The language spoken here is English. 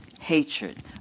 hatred